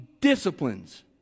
disciplines